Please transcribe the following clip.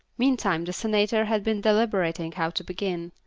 meantime the senator had been deliberating how to begin.